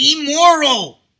immoral